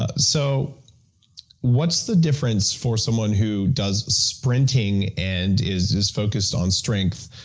ah so what's the difference for someone who does sprinting, and is is focused on strength,